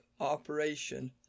operation